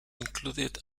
included